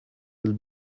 will